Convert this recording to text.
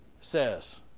says